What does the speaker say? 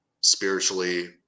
spiritually